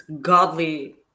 godly